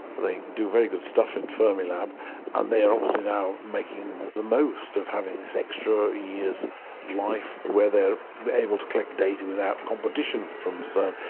they do very good stuff in fermilab and they've obviously now making the most of having this extra year's life where they're able to collect data without competition from cern.